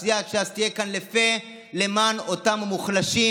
סיעת ש"ס תהיה כאן לפה למען אותם מוחלשים,